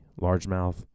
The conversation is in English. largemouth